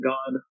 God